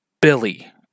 Billy